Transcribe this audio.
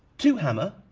to hammer,